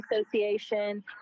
Association